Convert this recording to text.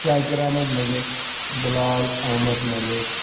Shakir Ahmad Malik Bilal Ahmad Malik